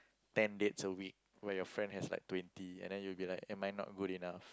ten dates a week where your friend has like twenty and then you'll be like am I not good enough